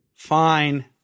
Fine